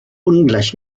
ungleich